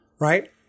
Right